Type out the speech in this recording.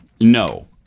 No